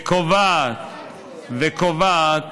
וקובעת